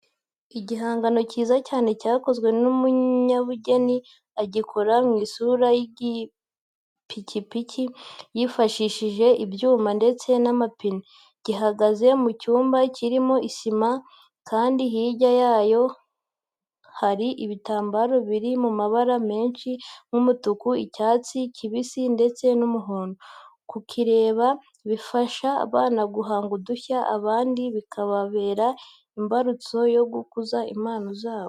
Igihangano cyiza cyane cyakozwe n'umunyabugeni, agikora mu isura y'ipikipiki yifashishije ibyuma ndetse n'amapine. Gihagaze mu cyumba kirimo isima kandi hirya yayo kandi hari ibitambaro biri mu mabara menshi nk'umutuku, icyatsi kibisi ndetse n'umuhondo. Kukireba bifasha abana guhanga udushya, abandi bikababera imbarutso yo gukuza impano zabo.